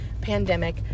pandemic